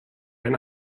and